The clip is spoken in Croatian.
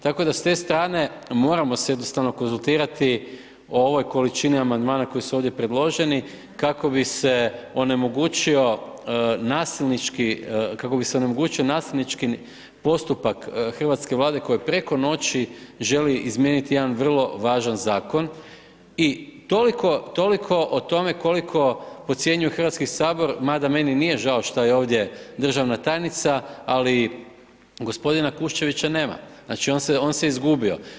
Tako da s te strane, moramo se jednostavno konzultirati o ovoj količini amandmana koji su ovdje predloženi kako bi se onemogućio nasilnički, kako bi se onemogućio nasilnički postupak hrvatske Vlade koja preko noći želi izmijeniti jedan vrlo važan Zakon, i toliko, toliko o tome koliko podcjenjuju Hrvatski sabor, mada meni nije žao što je državna tajnica, ali gospodina Kuščevića nema, znači on se izgubio.